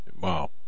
wow